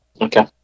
Okay